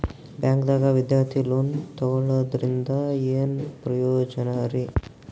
ಬ್ಯಾಂಕ್ದಾಗ ವಿದ್ಯಾರ್ಥಿ ಲೋನ್ ತೊಗೊಳದ್ರಿಂದ ಏನ್ ಪ್ರಯೋಜನ ರಿ?